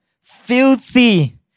filthy